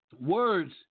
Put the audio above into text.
Words